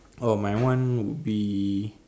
oh my one would be